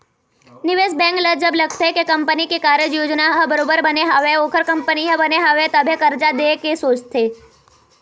निवेश बेंक ल जब लगथे के कंपनी के कारज योजना ह बरोबर बने हवय ओखर कंपनी ह बने हवय तभे करजा देय के सोचथे